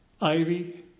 ivy